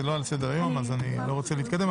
זה לא על סדר-היום, אז אני לא רוצה להתקדם.